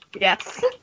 Yes